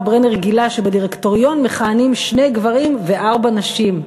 ברנר גילה שבדירקטוריון מכהנים שני גברים וארבע נשים,